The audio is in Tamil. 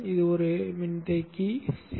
இது ஒரு மின்தேக்கி சி